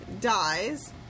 dies